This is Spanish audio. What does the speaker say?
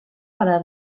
para